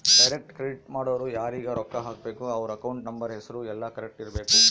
direct credit ಮಾಡೊರು ಯಾರೀಗ ರೊಕ್ಕ ಹಾಕಬೇಕು ಅವ್ರ ಅಕೌಂಟ್ ನಂಬರ್ ಹೆಸರು ಯೆಲ್ಲ ಕರೆಕ್ಟ್ ಇರಬೇಕು